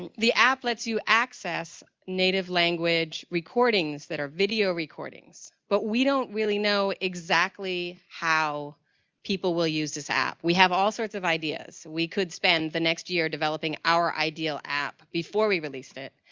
and the app lets you access native language, recordings that are video recordings. but we don't really know exactly how people will use this app. we have all sorts of ideas. we could spend the next year developing our ideal app before we release it.